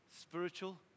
spiritual